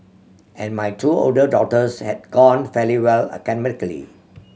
and my two older daughters had gone fairly well academically